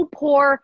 poor